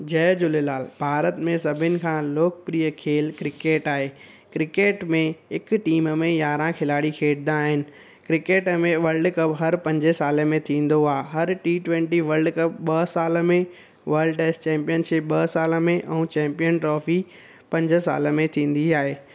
जय झूलेलाल भारत में सभिनि खां लोकप्रिय खेल क्रिकेट आहे क्रिकेट में हिकु टीम में यारहं खिलाड़ी खेॾंदा आहिनि क्रिकेट में वल्ड कप हर पंज साले में थींदो आहे हर टी ट्वेंटी वल्ड कप ॿ साल में वल्ड टेस्ट चैम्पियनशिप ॿ साल में ऐं चैम्पियन ट्रॉफी पंज साल में थींदी आहे